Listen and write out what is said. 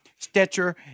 Stetcher